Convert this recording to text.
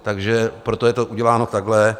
Takže proto je to uděláno takhle.